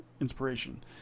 Inspiration